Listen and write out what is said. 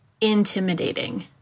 intimidating